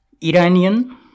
Iranian